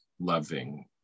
loving